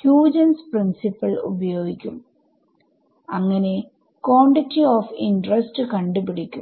Huygens principle പ്രയോഗിക്കും അങ്ങനെ quantity of interest കണ്ട് പിടിക്കും